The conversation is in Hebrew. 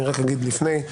אני רק אגיד לפני,